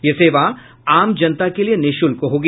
यह सेवा आम जनता के लिए निःशुल्क होगी